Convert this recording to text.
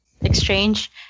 exchange